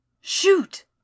shoot